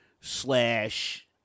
slash